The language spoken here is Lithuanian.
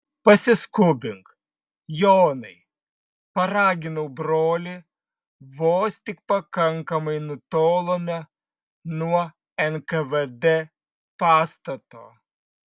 pasiskubink jonai paraginau brolį vos tik pakankamai nutolome nuo nkvd pastato